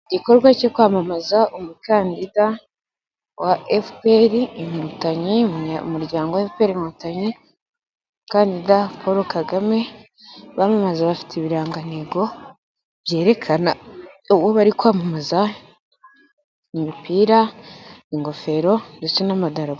Igikorwa cyo kwamamaza umukandida wa FPR Inkotanyi, umunyaryango wa FPR Inkotanyi, umukandida Paul Kagame, abamamaza bafite ibirangantego byerekana uwo bari kwamamaza, ni imipira, ingofero ndetse n'amadarapo.